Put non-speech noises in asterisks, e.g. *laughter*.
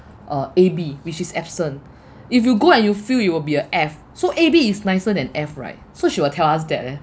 uh A_B which is absent *breath* if you go and you fail it will be a F so A_B is nicer than F right so she will tell us that leh